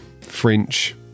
French